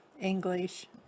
English